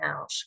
out